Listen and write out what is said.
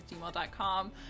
gmail.com